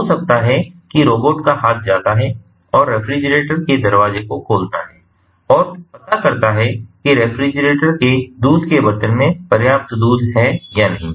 तो हो सकता है कि रोबोट का हाथ जाता है और रेफ्रिजरेटर के दरवाजे को खोलता है और पता करता है की रेफ्रिजरेटर के दूध के बर्तन में पर्याप्त दूध है या नहीं